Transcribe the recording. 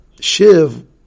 Shiv